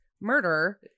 murder